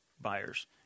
buyers